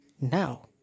Now